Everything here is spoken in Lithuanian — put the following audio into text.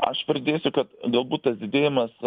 aš pridėsiu kad galbūt tas didėjimas